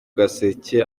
gaseke